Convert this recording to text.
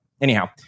anyhow